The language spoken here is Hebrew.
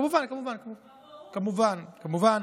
כמובן, כמובן, כמובן, כמובן.